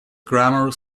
grammar